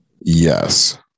Yes